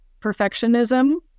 perfectionism